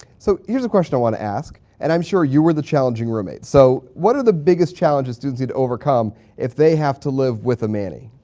so here's a question i want to ask. and i'm sure you were the challenging roommate. so what are the biggest challenges students need to overcome if they have to live with a manny?